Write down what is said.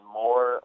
more